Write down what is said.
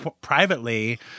privately